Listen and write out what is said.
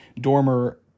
Dormer